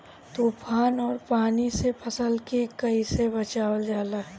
तुफान और पानी से फसल के कईसे बचावल जाला?